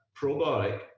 probiotic